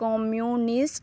communist